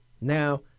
Now